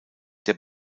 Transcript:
der